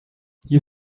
you